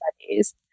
studies